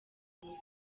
muntu